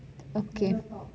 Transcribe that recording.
okay